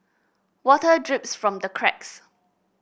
water drips from the cracks